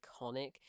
iconic